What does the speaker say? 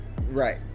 Right